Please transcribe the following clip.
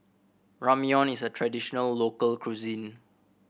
ramyeon is a traditional local cuisine